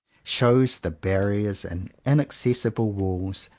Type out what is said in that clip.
shows the barriers and inaccessible walls,